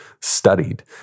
studied